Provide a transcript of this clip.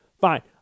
fine